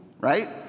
right